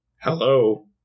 Hello